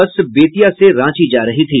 बस बेत्तिया से रांची जा रही थी